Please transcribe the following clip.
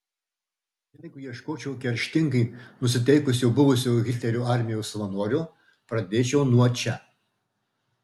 jeigu ieškočiau kerštingai nusiteikusio buvusio hitlerio armijos savanorio pradėčiau nuo čia